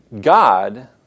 God